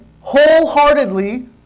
wholeheartedly